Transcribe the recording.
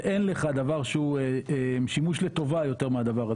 ואין לך דבר שהוא שימוש לטובה יותר מהדבר הזה.